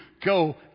go